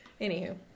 Anywho